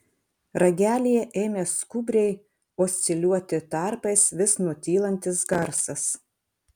ragelyje ėmė skubriai osciliuoti tarpais vis nutylantis garsas